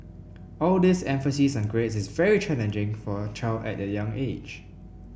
all this emphasis on grades is very challenging for a child at a young age